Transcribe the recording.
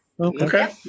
Okay